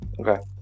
Okay